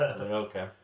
Okay